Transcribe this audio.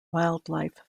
wildlife